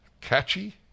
Catchy